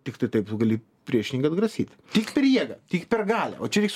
tiktai taip gali priešininką atgrasyt tik per jėgą tik per galią o čia reiks